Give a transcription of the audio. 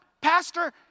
Pastor